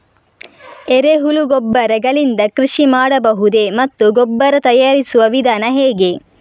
ಎರೆಹುಳು ಗೊಬ್ಬರ ಗಳಿಂದ ಕೃಷಿ ಮಾಡಬಹುದೇ ಮತ್ತು ಗೊಬ್ಬರ ತಯಾರಿಸುವ ವಿಧಾನ ಹೇಗೆ?